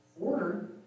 Order